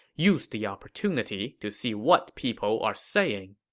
use the opportunity to see what people are saying.